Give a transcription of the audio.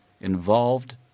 involved